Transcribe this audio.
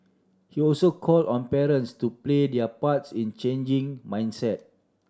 he also call on parents to play their parts in changing mindset